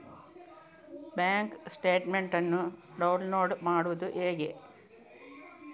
Bank statement ಅನ್ನು download ಮಾಡುವುದು ಹೇಗೆ?